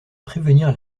prévenir